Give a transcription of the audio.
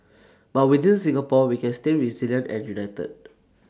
but within Singapore we can stay resilient and united